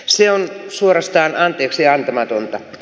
se on suorastaan anteeksiantamatonta